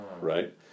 right